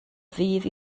ddydd